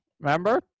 remember